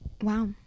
Wow